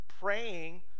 praying